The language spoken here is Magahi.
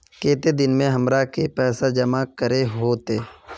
केते दिन में हमरा के पैसा जमा करे होते?